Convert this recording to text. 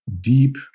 Deep